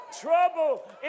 trouble